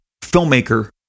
filmmaker